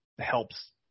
helps